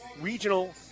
Regional